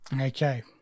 Okay